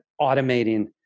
automating